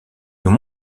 nous